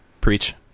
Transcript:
Preach